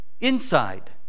inside